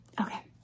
okay